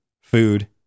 food